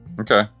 okay